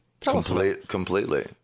Completely